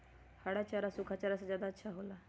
हरा चारा सूखा चारा से का ज्यादा अच्छा हो ला?